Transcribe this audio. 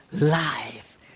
life